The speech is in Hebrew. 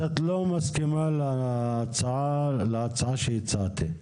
את לא מסכימה להצעה שהצעתי.